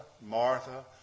Martha